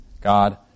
God